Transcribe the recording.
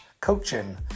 coaching